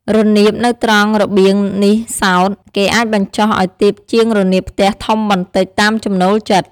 រនាបនៅត្រង់របៀងនេះសោត គេអាចបញ្ចុះឱ្យទាបជាងរនាបផ្ទះធំបន្តិចតាមចំណូលចិត្ត។